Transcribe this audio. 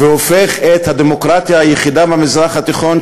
והופך את הדמוקרטיה היחידה במזרח התיכון,